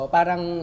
parang